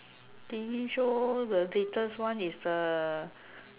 T_V show the latest one is the